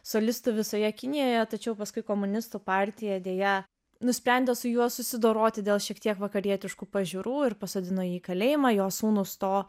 solistų visoje kinijoje tačiau paskui komunistų partija deja nusprendė su juo susidoroti dėl šiek tiek vakarietiškų pažiūrų ir pasodino jį į kalėjimą jo sūnūs to